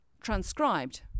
transcribed